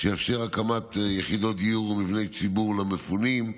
שיאפשר הקמת יחידות דיור ומבני ציבור למפונים.